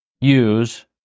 use